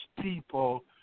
people